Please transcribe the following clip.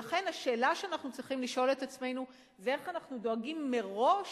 לכן השאלה שאנחנו צריכים לשאול את עצמנו היא איך אנחנו דואגים מראש